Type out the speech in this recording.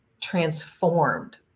transformed